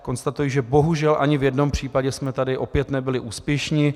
Konstatuji, že bohužel ani v jednom případě jsme tady opět nebyli úspěšní.